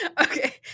Okay